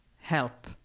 help